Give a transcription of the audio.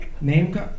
Name